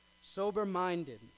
sober-minded